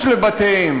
עד עשר דקות לרשות אדוני.